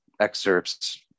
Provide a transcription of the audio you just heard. excerpts